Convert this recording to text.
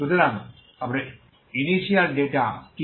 সুতরাং আপনার initial data কি